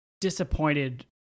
disappointed